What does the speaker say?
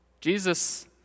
Jesus